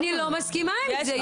אני לא מסכימה עם זה,